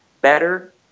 better